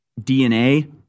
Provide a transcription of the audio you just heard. DNA